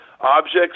objects